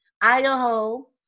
Idaho